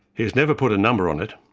he has never put a number on it,